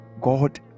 God